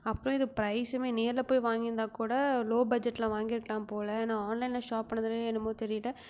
அப்புறம் இது பிரைசுமே நேரில் போய் வாங்கியிருந்தாகூட லோ பட்ஜெட்டில் வாங்கி இருக்கலாம் போல நான் ஆன்லைனில் ஷாப் பண்ணதாலேயோ என்னமோ தெரியல